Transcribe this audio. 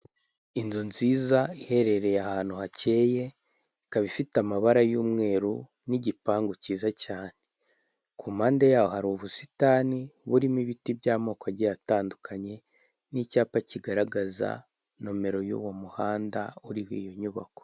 Inzu nziza iherereye ahantu hakeye ikaba ifite amabara y'umweru n'igipangu cyiza cyane ku mpande yaho hari ubusitani burimo ibiti by'amoko agiye atandukanye n'icyapa kigaragaza nomero y'uwo muhanda uriho iyo nyubako.